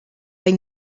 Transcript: they